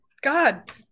God